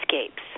escapes